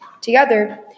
Together